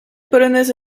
polonaise